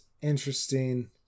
interesting